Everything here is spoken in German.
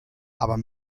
aber